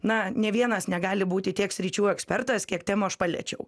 na ne vienas negali būti tiek sričių ekspertas kiek temų aš paliečiau